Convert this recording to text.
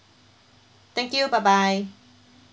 thank you bye bye